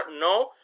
No